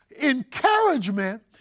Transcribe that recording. encouragement